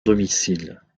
domicile